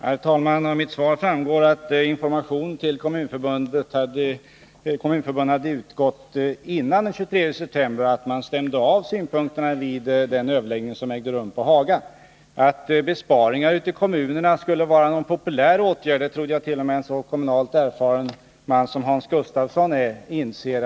Herr talman! Av mitt svar framgår att information till de båda kommunförbunden hade utgått före den 23 september och att man stämde av synpunkterna vid den överläggning som ägde rum på Haga. Att besparingar ute i kommunerna knappast kan vara en populär åtgärd trodde jag att en så kommunalt erfaren man som Hans Gustafsson insåg.